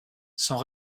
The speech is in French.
sont